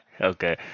Okay